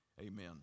amen